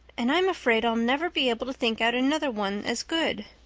and i'm afraid i'll never be able to think out another one as good.